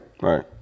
Right